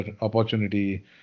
opportunity